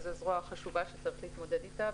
וזה זרוע חשובה שצריך להתמודד איתה,